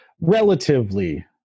relatively